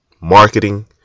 marketing